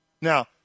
Now